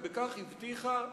ובכך הבטיחה